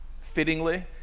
fittingly